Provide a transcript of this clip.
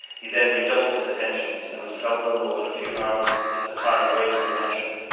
he then redoubled his attentions, and was seldom more than a few hours at a time away from the mansion.